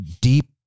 deep